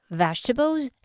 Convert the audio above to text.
vegetables